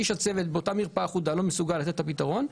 איש הצוות באותה מרפאה אחודה לא מסוגל לתת את הפתרון,